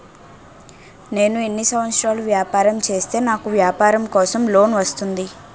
నేను ఎన్ని సంవత్సరాలు వ్యాపారం చేస్తే నాకు వ్యాపారం కోసం లోన్ వస్తుంది?